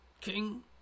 king